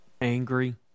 angry